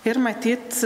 ir matyt